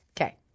Okay